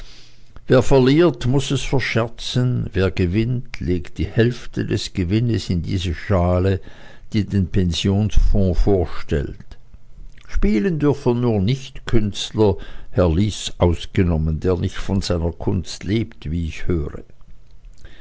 wer verliert muß es verscherzen wer gewinnt legt die hälfte des gewinnes in diese schale die den pensionsfonds vorstellt spielen dürfen nur nichtkünstler herr lys ist ausgenommen der nicht von seiner kunst lebt wie ich höre